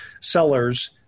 sellers